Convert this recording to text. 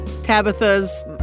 Tabitha's